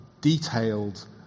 detailed